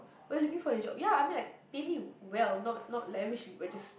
what are you looking for in a job ya I mean like pay me well not not lavishly but just